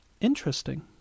Interesting